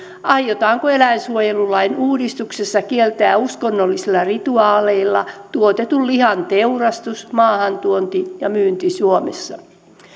aiotaanko eläinsuojelulain uudistuksessa kieltää uskonnollisilla rituaaleilla tuotetun lihan teurastus maahantuonti ja myynti suomessa